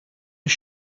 was